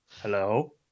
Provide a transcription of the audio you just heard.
Hello